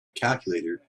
calculator